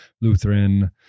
Lutheran